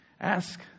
Ask